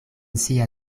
sia